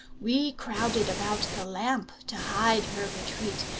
we crowded about the lamp to hide her retreat,